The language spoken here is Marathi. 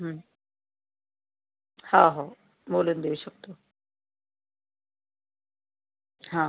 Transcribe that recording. हा हो बोलून देऊ शकतो हां